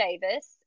davis